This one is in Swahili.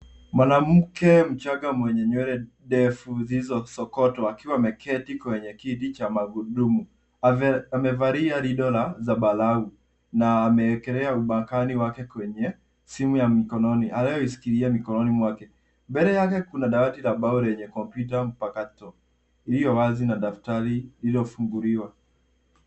Mwanamke mchanga mwenye nywele ndeu zilizosokotwa akiwa ameketi kwenye kiti cha magurudumu. Amevalia rinda la zambarau na amewekelea ubakani wake kwenye simu ya mkononi anayoishikilia mkononi mwake. Mbele yake kuna dawati la mbao lenye kompyuta mpakato iliyo wazi na daftari lililofunguliwa.